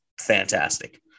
fantastic